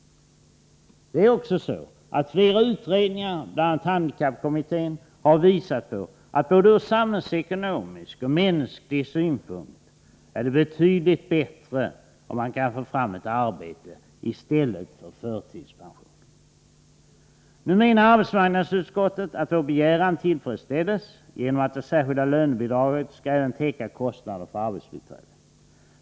Det är också så att flera utredningar, bl.a. handikappkommittén, har visat på att det både ur samhällsekonomisk och mänsklig synpunkt är betydligt bättre, om man kan få fram ett arbete i stället för förtidspension. Nu menar arbetsmarknadsutskottet att vår begäran tillgodoses genom att det särskilda lönebidraget även skall täcka kostnader för arbetsbiträde.